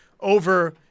over